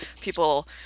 people